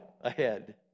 ahead